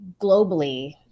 globally